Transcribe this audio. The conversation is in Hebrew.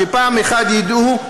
שפעם אחת ידעו.